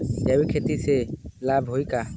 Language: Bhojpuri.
जैविक खेती से लाभ होई का?